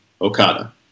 Okada